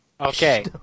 okay